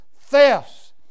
thefts